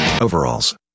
Overalls